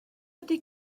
ydy